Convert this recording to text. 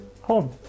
home